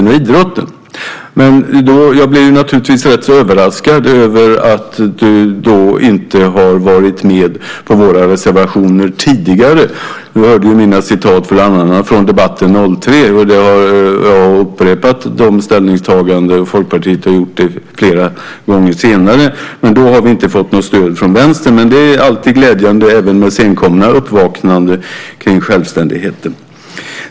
Dock blev jag då naturligtvis rätt överraskad över att du inte har varit med på våra reservationer tidigare. Du hörde ju mina citat bland annat från debatten 2003. Dessa ställningstaganden har jag och Folkpartiet upprepat flera gånger senare, men då har vi inte fått något stöd från Vänstern. Det är dock alltid glädjande med uppvaknanden, även senkomna, kring självständigheten.